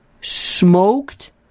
smoked